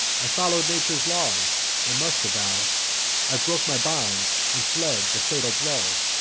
i follow'd nature's laws, and must avow i broke my bonds and fled the fatal blow.